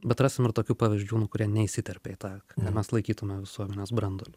bet rasim ir tokių pavyzdžių nu kurie neįsiterpia į tą mes laikytume visuomenės branduolį